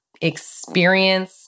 experience